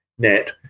net